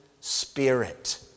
Spirit